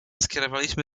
skierowaliśmy